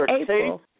April